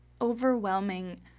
overwhelming